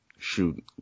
shoot